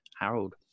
Harold